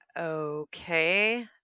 Okay